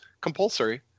compulsory